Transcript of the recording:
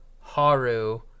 Haru